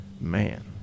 Man